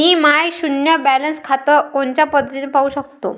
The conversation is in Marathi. मी माय शुन्य बॅलन्स खातं कोनच्या पद्धतीनं पाहू शकतो?